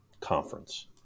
conference